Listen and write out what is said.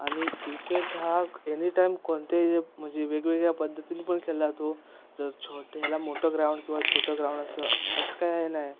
आणि क्रिकेट हा any time कोणते म्हणजे वेगवेगळ्या पद्धतीने पण खेळला जातो जर छोट ह्याला मोठं ग्राउंड किंवा छोटं ग्राउंड असं असं काय आहे नाही